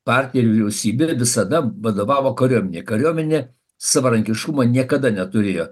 partija ir vyriausybė visada vadovavo kariuomenei kariuomenė savarankiškumo niekada neturėjo